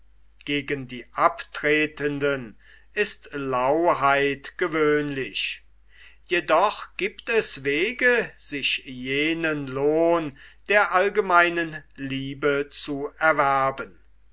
gegen die abtretenden ist lauheit gewöhnlich jedoch giebt es wege sich jenen lohn der allgemeinen liebe zu erwerben